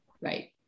right